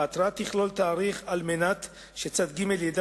ההתראה תכלול תאריך על מנת שצד ג' ידע